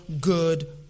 good